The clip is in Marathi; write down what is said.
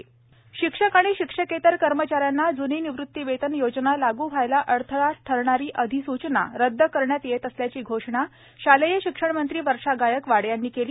शिक्षणमंत्री वर्षा गायकवाड शिक्षक आणि शिक्षकेतर कर्मचाऱ्यांना जुनी निवृतीवेतन योजना लाग् व्हायला डथळा ठरणारी धिसूचना रदद करण्यात येत सल्याची घोषणा शालेय शिक्षणमंत्री वर्षा गायकवाड यांनी केली